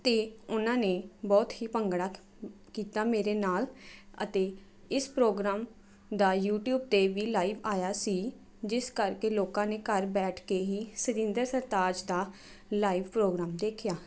ਅਤੇ ਉਹਨਾਂ ਨੇ ਬਹੁਤ ਹੀ ਭੰਗੜਾ ਕੀਤਾ ਮੇਰੇ ਨਾਲ ਅਤੇ ਇਸ ਪ੍ਰੋਗਰਾਮ ਦਾ ਯੂਟੀਊਬ 'ਤੇ ਵੀ ਲਾਈਵ ਆਇਆ ਸੀ ਜਿਸ ਕਰਕੇ ਲੋਕਾਂ ਨੇ ਘਰ ਬੈਠ ਕੇ ਹੀ ਸੁਰਿੰਦਰ ਸਰਤਾਜ ਦਾ ਲਾਈਵ ਪ੍ਰੋਗਰਾਮ ਦੇਖਿਆ